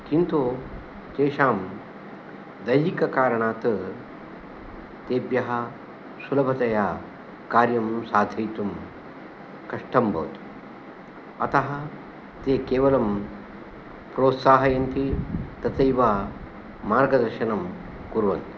किन्तु तेषां दैहिककारणात् तेभ्यः सुलभतया कार्यं साधयितुं कष्टं भवति अतः ते केवलं प्रोत्साहयन्ति तथैव मार्गदर्शनं कुर्वन्ति